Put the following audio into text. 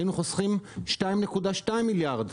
היינו חוסכים 2.2 מיליארד.